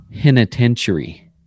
penitentiary